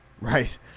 right